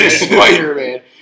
Spider-Man